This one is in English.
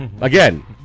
again